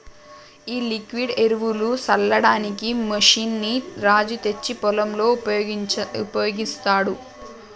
ఈ లిక్విడ్ ఎరువులు సల్లడానికి మెషిన్ ని రాజు తెచ్చి పొలంలో ఉపయోగిస్తాండు